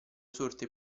sorte